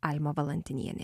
alma valantinienė